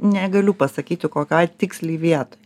negaliu pasakyti kokioj tiksliai vietoj